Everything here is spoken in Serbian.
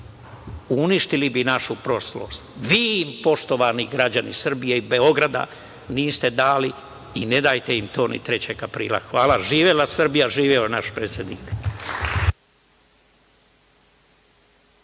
uništili bi našu prošlost. Vi im, poštovani građani Srbije i Beograda, niste dali i ne dajte im to ni 3. aprila. Hvala. Živela Srbija! Živeo naš predsednik!